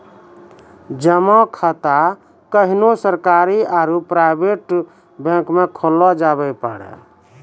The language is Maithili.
जमा खाता कोन्हो सरकारी आरू प्राइवेट बैंक मे खोल्लो जावै पारै